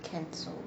cancel